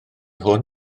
hwn